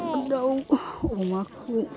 दाउ अमाखौ